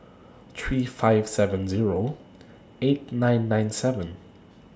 three five seven Zero eight nine nine seven